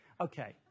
Okay